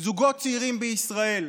זוגות צעירים בישראל,